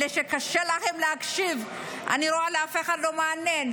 אלה שקשה להם להקשיב אני רואה שאת אף אחד זה לא מעניין,